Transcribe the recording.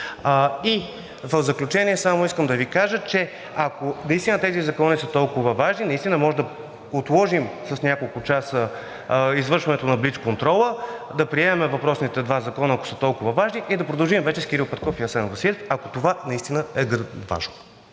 И в заключение само искам да Ви кажа, че ако наистина тези закони са толкова важни, наистина можем да отложим с няколко часа извършването на блицконтрола, да приемем въпросните два закона, ако са толкова важни, и да продължим вече с Кирил Петков и Асен Василев, ако това наистина е важно.